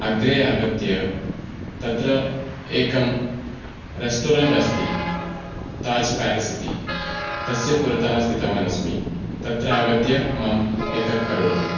अग्रे आगत्य तत्र एकं रेस्टोरेण्ट् अस्ति ताज् पेलेस् इति तस्य पुरतः स्थितवान् अस्मि तत्र आगत्य माम् पिकप् करोतु